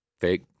fake